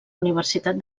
universitat